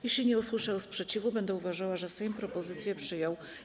Jeśli nie usłyszę sprzeciwu, będę uważała, że Sejm propozycje przyjął.